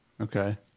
Okay